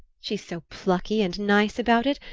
she's so plucky and nice about it,